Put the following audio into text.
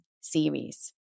series